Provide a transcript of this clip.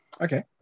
okay